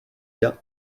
dat